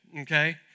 Okay